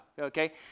okay